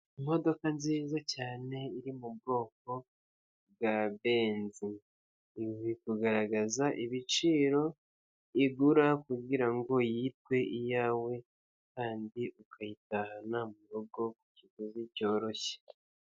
Imodoka nziza cyane iri mu bwoko bwa benzi, iri kugaragaza ibiciro igura kugira ngo yitwe iyawe kandi ukayitahana mu rugo ku kiguzi cyoroshye.